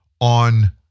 on